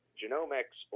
genomics